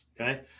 okay